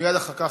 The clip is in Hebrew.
ומייד אחר כך,